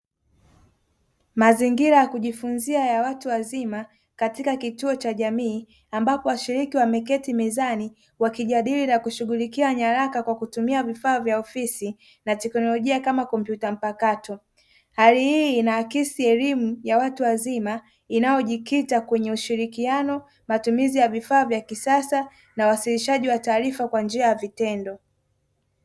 Mazingira ya kujifunzia ya watu wazima katika kituo cha jamii ambapo washiriki wameketi mezani wakijadili na kushughulikia nyaraka kwa kutumia vifaa vya ofisi na teknolojia kama kompyuta mpakato; hali hii inaakisi elimu ya watu wazima inayojikita kwenye ushirikiano, matumizi ya vifaa vya kisasa na uwasilishaji wa taarifa kwa njia ya vitendo.